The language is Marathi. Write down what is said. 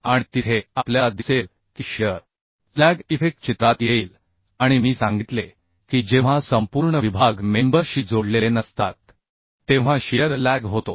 आणि तिथे आपल्याला दिसेल की शियर लॅग इफेक्ट चित्रात येईल आणि मी सांगितले की जेव्हा संपूर्ण विभाग मेंबर शी जोडलेले नसतात तेव्हा शियर लॅग होतो